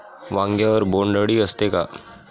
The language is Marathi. वांग्यावर बोंडअळी असते का?